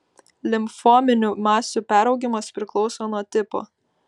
limfominių masių peraugimas priklauso nuo tipo